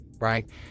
right